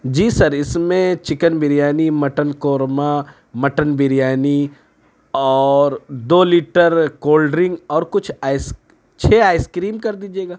جی sir اس میں chicken biryani mutton korma mutton biryani اور دو لیٹر کولڈ ڈرنک اور کچھ آئیس چھ آئیس کریم کر دیجیے گا